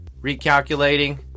Recalculating